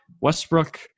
Westbrook